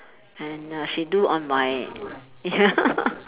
and uh she do on my